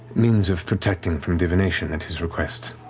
means of protecting from divination, at his request.